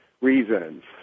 reasons